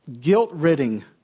guilt-ridding